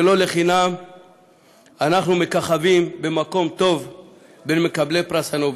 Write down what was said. ולא לחינם אנחנו מככבים במקום טוב בין מקבלי פרס הנובל.